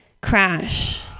Crash